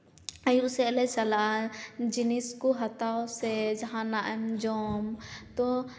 ᱟᱹᱭᱩᱵ ᱥᱮᱫ ᱞᱮ ᱪᱟᱞᱟᱜᱼᱟ ᱡᱤᱱᱤᱥ ᱠᱚ ᱦᱟᱛᱟᱣ ᱥᱮ ᱡᱟᱦᱟᱱᱟᱜ ᱮᱢ ᱡᱚᱢ ᱛᱚ